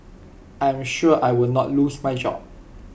I am sure I will not lose my job